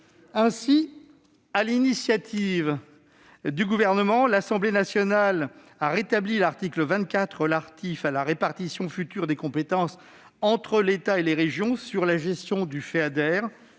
Ainsi, sur l'initiative du Gouvernement, l'Assemblée nationale a rétabli l'article 24 relatif à la répartition future des compétences entre l'État et les régions en matière de gestion du Feader.